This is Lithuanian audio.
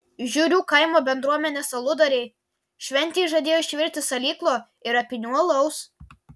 žiurių kaimo bendruomenės aludariai šventei žadėjo išvirti salyklo ir apynių alaus